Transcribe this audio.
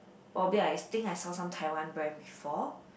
probably I think I saw some Taiwan brand before